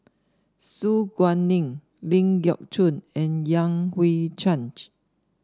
Su Guaning Ling Geok Choon and Yan Hui Change